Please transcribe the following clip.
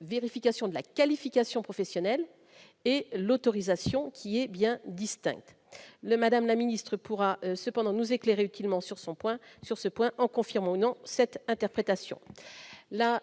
vérification de la qualification professionnelle et l'autorisation qu'il est bien distinctes le madame la ministre pourra cependant nous éclairer utilement sur son point sur ce point, en confirmant ou non cette interprétation, la